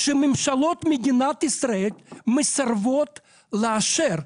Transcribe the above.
שממשלות מדינת ישראל מסרבות לאשר.